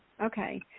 Okay